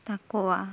ᱛᱟᱠᱚᱣᱟ